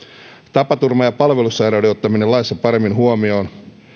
tapaturman ja palvelussairauden ottaminen laissa paremmin huomioon